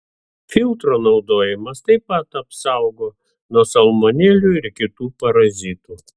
filtro naudojimas taip pat apsaugo nuo salmonelių ir kitų parazitų